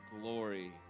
glory